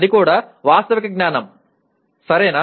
అది కూడా వాస్తవిక జ్ఞానం సరేనా